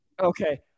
Okay